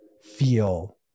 feel